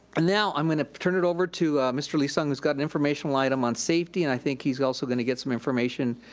ah now i'm gonna turn it over to mr. lee sung who's got an informational item on safety and i think he's also gonna get some information,